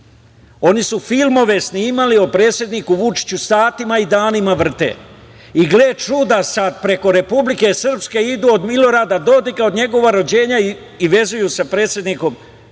Oni su filmove snimali o predsedniku Vučiću, satima i danima vrte. I, gle čuda sada, preko Republike Srpske idu od Milorada Dodika, od njegovog rođenja i vezuju sa predsednikom Vučićem